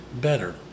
better